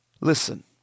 Listen